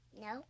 No